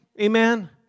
Amen